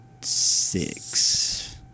six